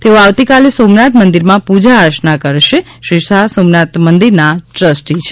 તેઓ આવતીકાલ સોમનાથ મંદિરમાં પૂજા અર્ચના કરશે શ્રી શાહ સોમનાથ મંદિરના ટ્રસ્ટી છે